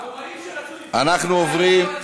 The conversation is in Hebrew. הרומאים שרצו, אנחנו עוברים.